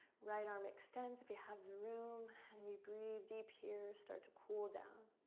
right arm extends if you have the room, and we breathe deep here, start to cool down.